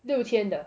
六天